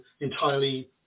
entirely